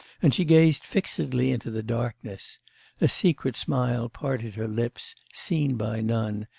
and she gazed fixedly into the darkness a secret smile parted her lips, seen by none,